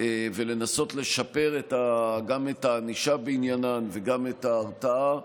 ולנסות לשפר גם את הענישה בעניינן וגם את ההרתעה.